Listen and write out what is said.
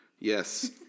Yes